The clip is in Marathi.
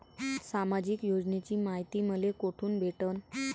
सामाजिक योजनेची मायती मले कोठून भेटनं?